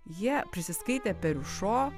jie prisiskaitė periušo